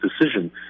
decision